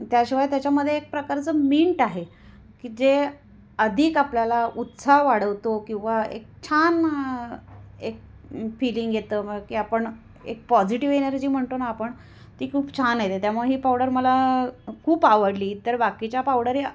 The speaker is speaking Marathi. त्याशिवाय त्याच्यामध्ये एक प्रकारचं मिंट आहे की जे अधिक आपल्याला उत्साह वाढवतो किंवा एक छान एक फीललिंग येतं मग की आपण एक पॉझिटिव एनर्जी म्हणतो ना आपण ती खूप छान येते त्यामुळे ही पावडर मला खूप आवडली इतर बाकीच्या पावडरी